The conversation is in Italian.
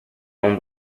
non